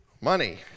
Money